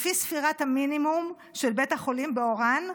לפי ספירת המינימום של בית החולים באוראן,